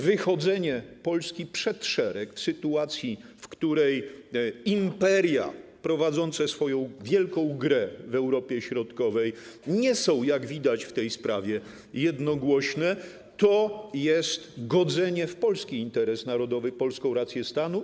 Wychodzenie Polski przed szereg w sytuacji, w której imperia prowadzące swoją wielką grę w Europie Środkowej nie są, jak widać w tej sprawie, jednogłośne, to godzenie w polski interes narodowy, polską rację stanu.